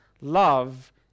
love